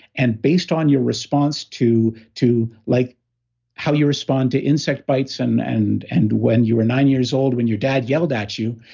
and based on your response to to like how you respond to insect bites and and and when you were nine years old, when your dad yelled at you,